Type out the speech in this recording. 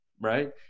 right